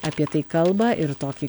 apie tai kalba ir tokį